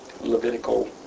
Levitical